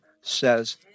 says